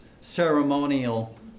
ceremonial